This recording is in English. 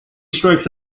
strikes